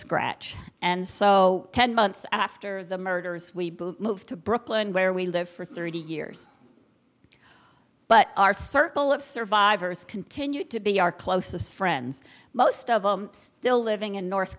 scratch and so ten months after the murders we moved to brooklyn where we lived for thirty years but our circle of survivors continued to be our closest friends most of them still living in north